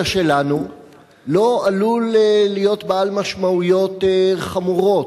שלנו לא עלול להיות בעל משמעויות חמורות?